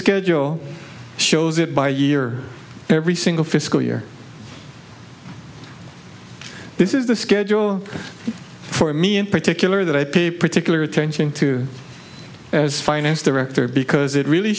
your shows it by year every single fiscal year this is the schedule for me in particular that i pay particular attention to as finance director because it really